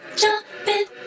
jumping